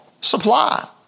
supply